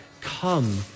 come